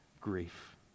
grief